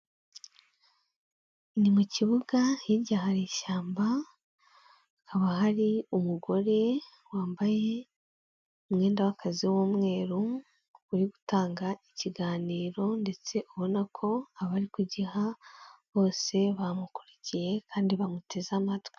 Ni mu kibuga, hirya hari ishyamba, hakaba hari umugore wambaye umwenda w'akazi w'umweru, uri gutanga ikiganiro, ndetse ubona ko abo ari kugiha bose bamukurikiye, kandi bamuteze amatwi.